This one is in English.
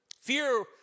Fear